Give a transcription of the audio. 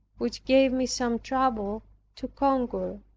which gave me some trouble to conquer.